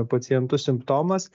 pacientų simptomas